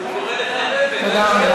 הוא קורא לחרם וגם,